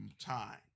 time